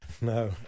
no